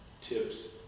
tips